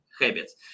habits